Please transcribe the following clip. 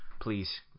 Please